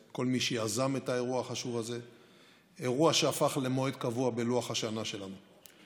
הזה, אירוע שהפך למועד קבוע בלוח השנה שלנו.